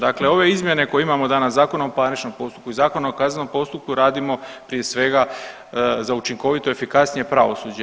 Dakle, ove izmjene koje imamo danas Zakon o parničnom postupku, Zakon o kaznenom postupku radimo prije svega za učinkovito i efikasnije pravosuđe.